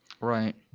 right